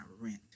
rent